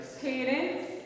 Cadence